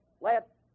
let